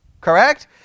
correct